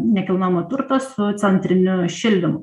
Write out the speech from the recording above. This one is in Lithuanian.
nekilnojamą turtą su centriniu šildymu